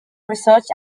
research